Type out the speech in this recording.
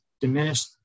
diminished